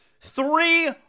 Three